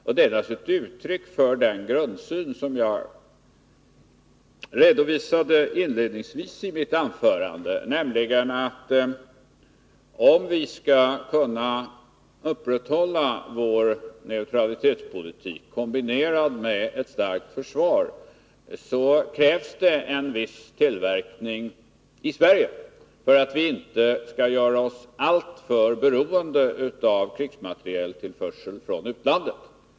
Det är alltså ett uttryck för den grundsyn som jag inledningsvis redovisade i mitt anförande, nämligen att om vi skall kunna upprätthålla vår neutralitetspolitik, kombinerad med ett starkt försvar, krävs en viss tillverkning i Sverige för att vi inte skall göra oss alltför beroende av krigsmaterieltillförsel från utlandet.